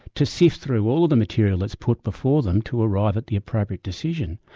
to sift through all the material that's put before them to arrive at the appropriate decision.